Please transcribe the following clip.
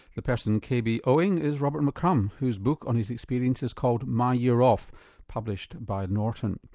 the person kbo-ing is robert mccrum, whose book on his experience is called my year off published by norton.